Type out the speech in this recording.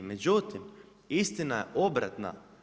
Međutim, istina je obratna.